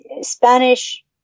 Spanish